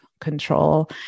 control